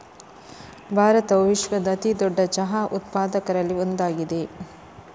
ಭಾರತವು ವಿಶ್ವದ ಅತಿ ದೊಡ್ಡ ಚಹಾ ಉತ್ಪಾದಕರಲ್ಲಿ ಒಂದಾಗಿದೆ